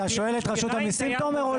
אתה שואל את רשות המיסים, תומר?